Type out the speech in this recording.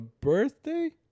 birthday